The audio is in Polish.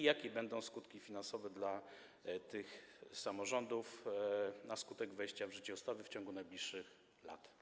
Jakie będą skutki finansowe dla samorządów na skutek wejścia w życie ustawy w ciągu najbliższych lat?